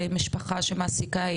משפחה שמעסיקה,